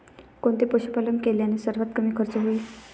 कोणते पशुपालन केल्याने सर्वात कमी खर्च होईल?